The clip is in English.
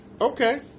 Okay